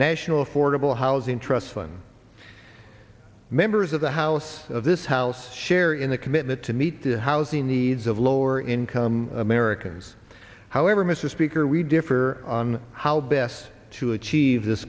national affordable housing trust fund members of the house of this house share in the commitment to meet the housing these of lower income americans however mr speaker we differ on how best to achieve this